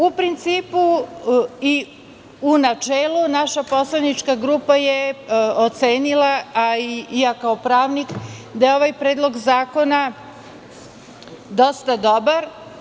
U principu i u načelu naša poslanička grupa je ocenila, a i ja kao pravnik da ovaj predlog zakona, da je dosta dobar.